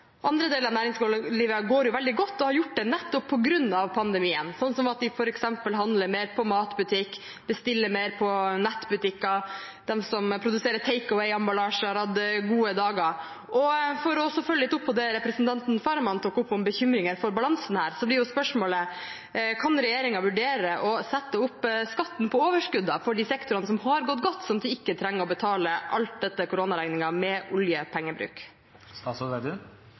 Andre deler av næringslivet går veldig godt og har gjort det nettopp på grunn av pandemien, som f.eks. gjennom at vi handler mer på matbutikk og bestiller mer på nettbutikker. De som produserer takeaway-emballasje, har hatt gode dager. Og for å følge litt opp det representanten Faramand tok opp, om bekymringer for balansen her, blir spørsmålet: Kan regjeringen vurdere å sette opp skatten på overskuddene for de sektorene som har gått godt, sånn at vi ikke trenger å betale alt etter koronaregningen med